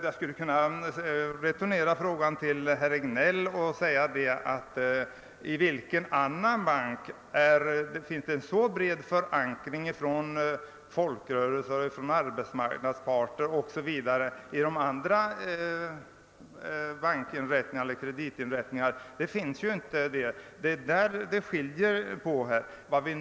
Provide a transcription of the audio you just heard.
Jag skulle vilja returnera frågan till herr Regnéll: I vilka andra banker eller kreditinstitut finns det en lika bred förankring för folkrörelser, arbetsmarknadsparter 0. s. v.? Det finns det inte i någon bank, och det är där skillnaden ligger.